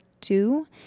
two